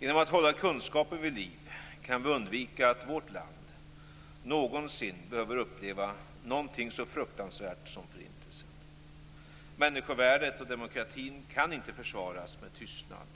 Genom att hålla kunskapen vid liv kan vi undvika att vårt land någonsin behöver uppleva någonting så fruktansvärt som Förintelsen. Människovärdet och demokratin kan inte försvaras med tystnad.